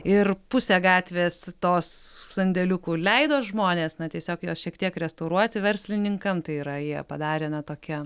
ir pusė gatvės tos sandėliukų leido žmonės na tiesiog jos šiek tiek restauruoti verslininkam tai yra jie padarė ne tokią